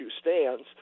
stands